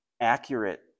accurate